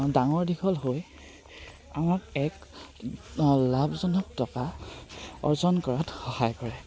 ডাঙৰ দীঘল হৈ আমাক এক লাভজনক টকা অৰ্জন কৰাত সহায় কৰে